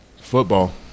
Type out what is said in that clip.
Football